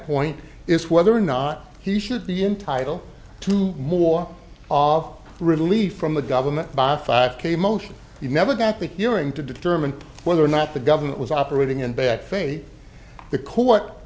point is whether or not he should be entitled to more of a relief from the government by a five k motion he never got the hearing to determine whether or not the government was operating in bad faith the cou